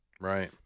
Right